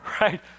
right